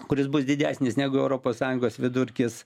kuris bus didesnis negu europos sąjungos vidurkis